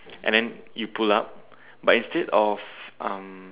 and then you pull up but instead of um